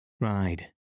Ride